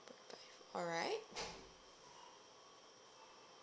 alright